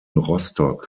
rostock